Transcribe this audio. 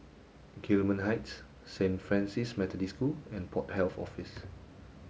Gillman Heights Saint Francis Methodist School and Port Health Office